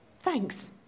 thanks